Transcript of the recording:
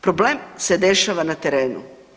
Problem se dešava na terenu.